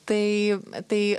tai tai